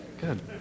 Good